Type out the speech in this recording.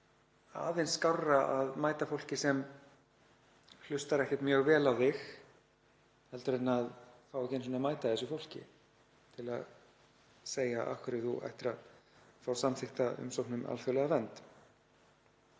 aðeins skárra að mæta fólki sem hlustar ekkert mjög vel á þig en að fá ekki einu sinni að mæta þessu fólki til að segja af hverju þú ættir að fá samþykkta umsókn um alþjóðlega vernd.